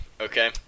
okay